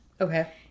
Okay